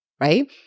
right